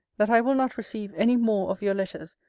that i will not receive any more of your letters,